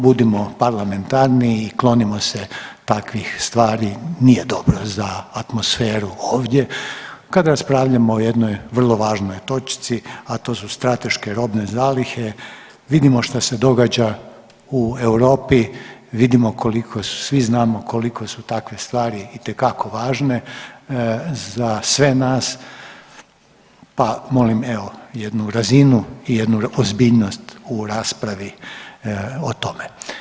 Budimo, budimo parlamentarni i klonimo se takvih stvari, nije dobro za atmosferu ovdje kad raspravljamo o jednoj vrlo važnoj točci, a to su strateške robne zalihe, vidimo što se događa u Europi, vidimo koliko su, svi znamo koliko su takve stvari itekako važne za sve nas, pa molim evo, jednu razinu i jednu ozbiljnost u raspravi o tome.